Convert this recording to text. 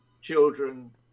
children